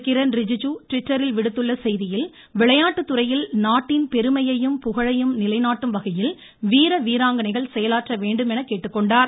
கிரண் யிஜுஜு செய்தியில் விளையாட்டுத்துறையில் நாட்டின் பெருமையையும் புகழையும் நிலைநாட்டும் வகையில் வீர வீராங்கணைகள் செயலாற்ற வேண்டும் என கேட்டுக்கொண்டார்